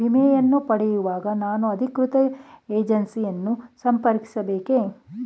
ವಿಮೆಯನ್ನು ಪಡೆಯುವಾಗ ನಾನು ಅಧಿಕೃತ ಏಜೆನ್ಸಿ ಯನ್ನು ಸಂಪರ್ಕಿಸ ಬೇಕೇ?